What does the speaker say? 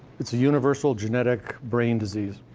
it's a universal genetic brain disease.